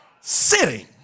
sitting